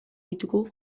ditugu